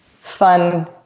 fun